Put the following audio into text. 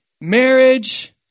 marriage